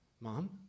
Mom